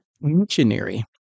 missionary